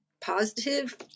positive